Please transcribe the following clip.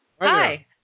Hi